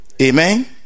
Amen